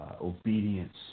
obedience